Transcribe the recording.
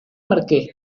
marqués